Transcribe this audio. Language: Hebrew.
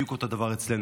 זה בדיוק אותו דבר אצלנו.